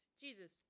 Jesus